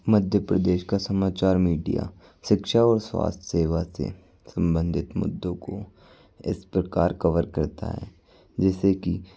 मध्य प्रदेश का समाचार मीडिया शिक्षा और स्वास्थ्य सेवा से सम्बंधित मुद्दों को इस प्रकार कवर करता है जिससे कि